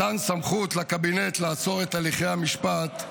מתן סמכות לקבינט לעצור את הליכי המשפט,